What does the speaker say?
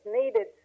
needed